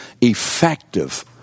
effective